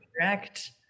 correct